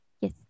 yes